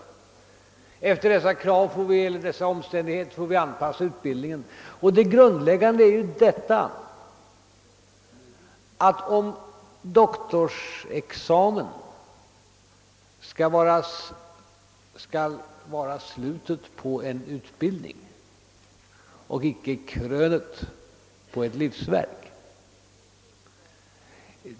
Vi får anpassa ut bildningen efter dessa omständigheter. Den grundläggande utgångspunkten är att en doktorsexamen skall vara slutet på en utbildning men icke krönet på ett livsverk.